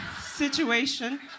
situation